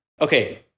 Okay